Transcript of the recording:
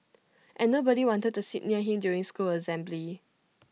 and nobody wanted to sit near him during school assembly